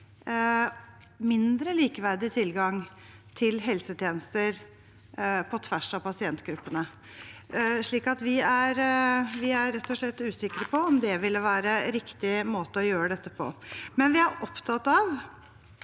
mindre likeverdig tilgang til helsetjenester på tvers av pasientgruppene. Vi er rett og slett usikre på om det ville være en riktig måte å gjøre dette på.